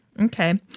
Okay